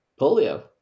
polio